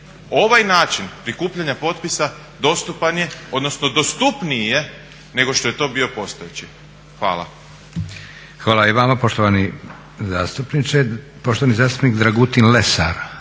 Ovaj način prikupljanja potpisa dostupan je, odnosno dostupniji je nego što je to bio postojeći. Hvala. **Leko, Josip (SDP)** Hvala i vama poštovani zastupniče. Poštovani zastupnik Dragutin Lesar.